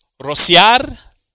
Rociar